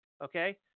Okay